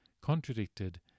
contradicted